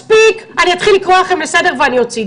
מספיק, אני אתחיל לקרוא לכם לסדר ולהוציא.